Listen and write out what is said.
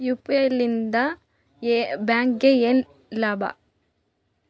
UPI ಲಿಂದ ಬ್ಯಾಂಕ್ಗೆ ಏನ್ ಲಾಭ?